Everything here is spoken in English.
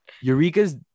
Eureka's